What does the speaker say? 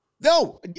No